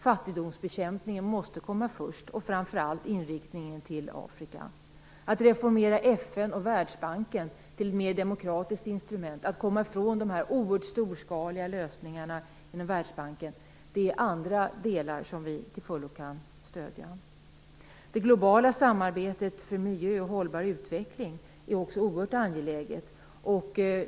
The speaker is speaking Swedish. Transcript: Fattigdomsbekämpningen måste komma först och framför allt inriktningen på Afrika. Att reformera FN och Världsbanken till mer demokratiska instrument, att komma ifrån de oerhört storskaliga lösningarna inom Världsbanken, är någonting som vi till fullo kan stödja. Det globala samarbetet för miljö och hållbar utveckling är också oerhört angeläget.